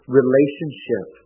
relationship